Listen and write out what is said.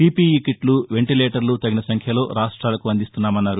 PPE కిట్లు వెంటిలేటర్లు తగిన సంఖ్యలో రాష్ట్రాలకు అందిస్తున్నామన్నారు